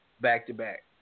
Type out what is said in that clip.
back-to-back